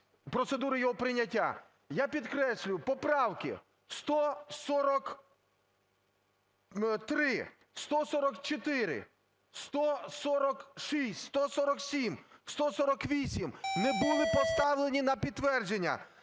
процедури його прийняття. Я підкреслюю, поправки 143, 144, 146, 147, 148 не були поставлені на підтвердження.